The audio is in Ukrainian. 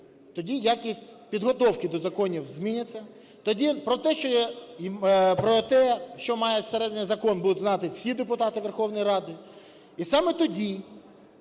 тоді якість підготовки до законів зміниться, тоді про те, що має всередині закон, будуть знати всі депутати Верховної Ради. І саме тоді